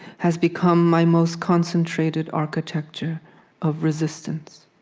has become my most concentrated architecture of resistance.